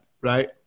Right